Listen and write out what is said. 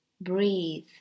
Breathe